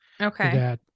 Okay